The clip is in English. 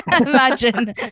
Imagine